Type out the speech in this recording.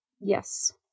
Yes